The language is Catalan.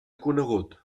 conegut